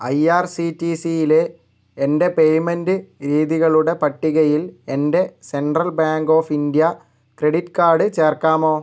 I R C T സിയിലെ എൻ്റെ payment രീതികളുടെ പട്ടികയിൽ എൻ്റെ Central Bank of India credit card ചേർക്കാമോ